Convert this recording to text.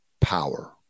power